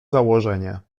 założenie